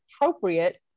appropriate